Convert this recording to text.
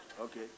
Okay